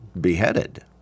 beheaded